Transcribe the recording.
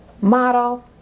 Model